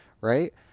Right